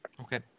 Okay